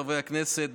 חברי הכנסת,